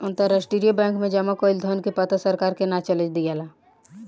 अंतरराष्ट्रीय बैंक में जामा कईल धन के पता सरकार के ना चले दियाला